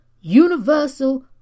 universal